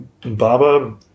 Baba